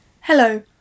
Hello